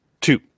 Two